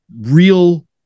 real